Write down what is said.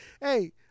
hey